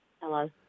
Hello